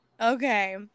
Okay